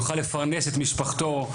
יוכל לפרנס את משפחתו,